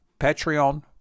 Patreon